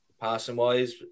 passing-wise